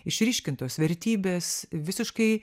išryškintos vertybės visiškai